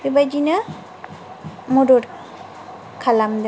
बेबायदिनो मदद खालामदों